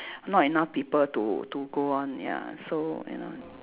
not enough people to to go on ya so ya